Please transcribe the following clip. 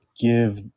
give